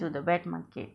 to the wet market